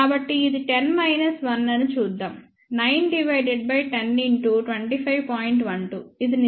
కాబట్టి ఇది 10 మైనస్ 1 అని చూద్దాం 9 10 25